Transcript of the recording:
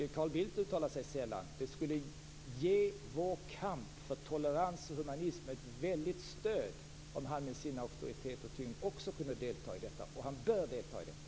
Carl Bildt uttalar sig också sällan. Det skulle ge vår kamp för tolerans och humanism ett väldigt stöd om han med sin auktoritet och tyngd också kunde delta i detta, och han bör delta i detta.